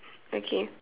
okay